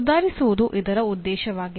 ಸುಧಾರಿಸುವುದು ಇದರ ಉದ್ದೇಶವಾಗಿದೆ